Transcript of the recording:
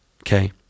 okay